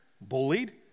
bullied